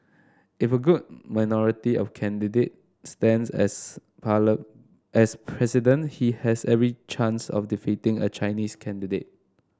if a good minority of candidate stands as pallet as president he has every chance of defeating a Chinese candidate